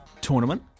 tournament